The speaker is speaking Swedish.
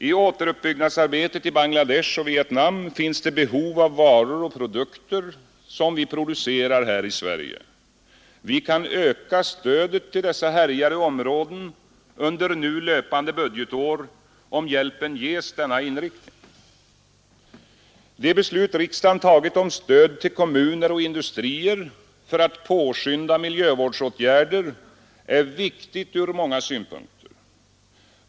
I återuppbyggnadsarbetet i Bangladesh och Vietnam finns det behov av varor och produkter som vi producerar här i Sverige. Vi kan öka stödet till dessa härjade områden under nu löpande budgetår om hjälpen ges denna inriktning. Det beslut riksdagen tagit om stöd till kommuner och industrier för att påskynda miljövårdsåtgärder är viktigt från många synpunkter.